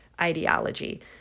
ideology